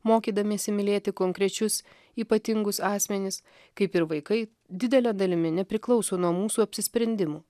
mokydamiesi mylėti konkrečius ypatingus asmenis kaip ir vaikai didele dalimi nepriklauso nuo mūsų apsisprendimų